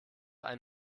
ein